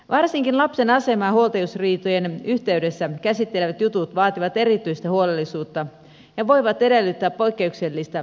varsinkin lapsen asemaa huoltajuusriitojen yhteydessä käsittelevät jutut vaativat erityistä huolellisuutta ja voivat edellyttää poikkeuksellista käsittelyjärjestelyä